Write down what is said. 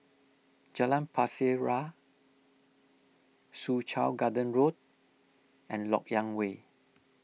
Jalan Pasir Ria Soo Chow Garden Road and Lok Yang Way